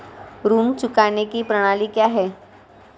ऋण चुकाने की प्रणाली क्या है?